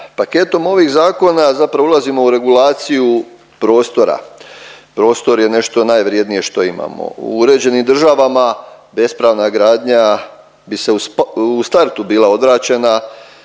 Paketom ovih zakona zapravo ulazimo u regulaciju prostora. Prostor je nešto najvrijednije što imamo. U uređenim državama bespravna gradnja bi se u startu bila odvraćena